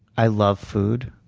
ah love food.